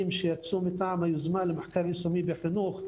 שיצאו מטעם היוזמה למחקר יישומי בחינוך,